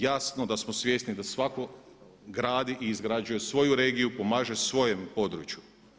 Jasno da smo svjesni da svatko gradi i izgrađuje svoju regiju, pomaže svojem području.